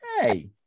Hey